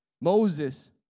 Moses